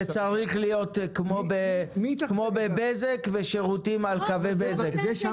זה צריך להיות כמו בבזק ושירותים על קווי בזק.